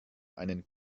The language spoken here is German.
einen